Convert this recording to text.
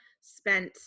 spent